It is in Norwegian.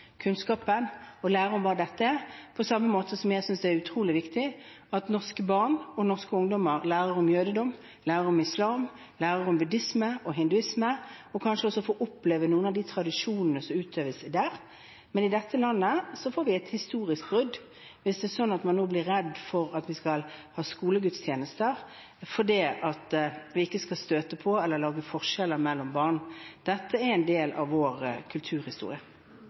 kunnskapen og lære om hva dette er, på samme måte som jeg synes det er utrolig viktig at norske barn og norske ungdommer lærer om jødedom, lærer om islam, lærer om buddhisme og hinduisme og kanskje også får oppleve noen av de tradisjonene som utøves der. Men i dette landet får vi et historisk brudd hvis det er sånn at man nå blir redd for at vi skal ha skolegudstjenester, fordi vi ikke skal støte eller lage forskjeller mellom barn. Dette er en del av vår kulturhistorie.